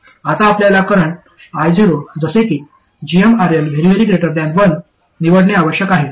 आता आपल्याला current Io जसे की gmRL 1 निवडणे आवश्यक आहे